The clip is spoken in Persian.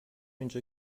اینجا